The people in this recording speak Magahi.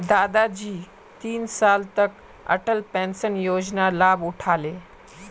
दादाजी तीन साल तक अटल पेंशन योजनार लाभ उठा ले